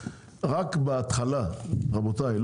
רק בהתחלה רבותי,